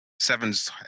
sevens